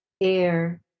air